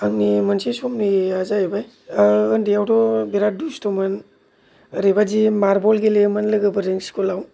आंनि मोनसे समनिया जाहैबाय उन्दैआवथ' बिरात दुस्तमोन ओरैबादि मार्बल गेलेयोमोन लोगोफोरजों स्कुलाव